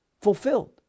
fulfilled